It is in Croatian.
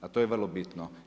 A to je vrlo bitno.